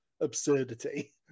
Absurdity